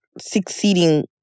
succeeding